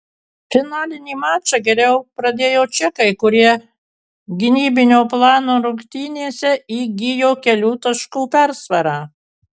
finalinį mačą geriau pradėjo čekai kurie gynybinio plano rungtynėse įgijo kelių taškų persvarą